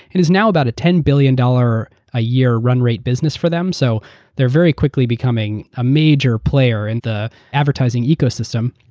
it is now about a ten billion dollars a year run rate business for them. so theyaeurre very quickly becoming a major player and the advertising ecosystem.